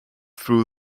through